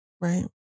Right